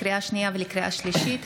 לקריאה שנייה ולקריאה שלישית,